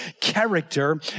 character